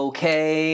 Okay